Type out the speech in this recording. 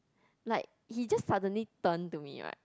like he just suddenly turn to me right